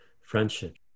friendship